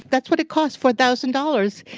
that's what it cost. four thousand dollars.